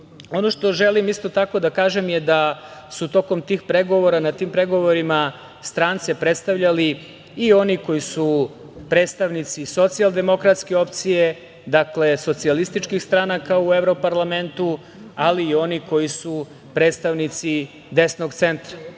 što želim isto tako da kažem je, da su tokom tih pregovora, na tim pregovorima strance predstavljali i oni koji su predstavnici socijaldemokratske opcije, dakle, socijalističkih stranaka u evroparlametnu, ali i oni koji su predstavnici desnog centra